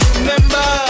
Remember